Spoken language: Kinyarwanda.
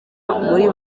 muri